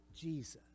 Jesus